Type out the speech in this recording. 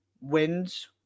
wins